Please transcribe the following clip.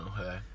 Okay